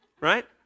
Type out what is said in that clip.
right